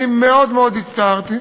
אני מאוד מאוד הצטערתי,